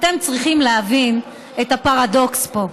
אתם צריכים להבין את הפרדוקס פה: